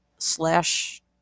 slash